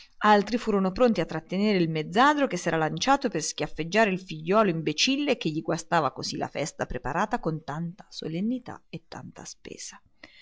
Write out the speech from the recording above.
altri furono pronti a trattenere il mezzadro che s'era lanciato per schiaffeggiare il figlio imbecille che gli guastava così la festa preparata con tanta solennità e tanta spesa